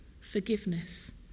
forgiveness